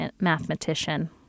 mathematician